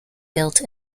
built